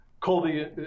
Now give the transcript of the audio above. Colby